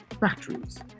batteries